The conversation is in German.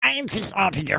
einzigartige